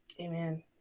Amen